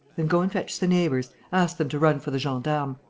then go and fetch the neighbours. ask them to run for the gendarmes.